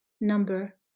number